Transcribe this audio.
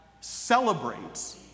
celebrates